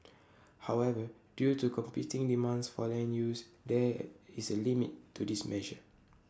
however due to competing demands for land use there is A limit to this measure